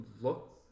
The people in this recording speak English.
look